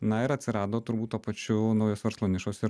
na ir atsirado turbūt tuo pačiu naujos verslo nišos ir